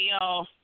y'all